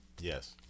Yes